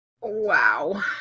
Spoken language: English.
Wow